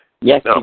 Yes